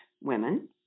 women